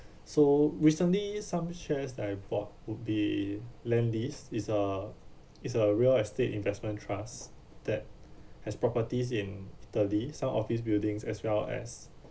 so recently some shares that I bought would be landlease is uh it's a real estate investment trust that has properties in italy some office buildings as well as